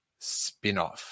spinoff